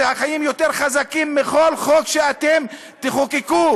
והחיים יותר חזקים מכל חוק שאתם תחוקקו.